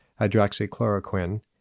hydroxychloroquine